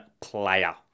player